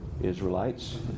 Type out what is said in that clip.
Israelites